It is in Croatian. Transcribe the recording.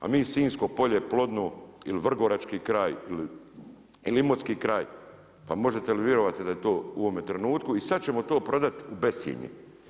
A mi Sinjsko polje, plodno, ili vrgorački kraj ili imotski kraj, pa možete li vjerovati da je to u ovome trenutku i sad ćemo to prodati u bessinje.